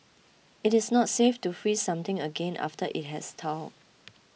it is not safe to freeze something again after it has thawed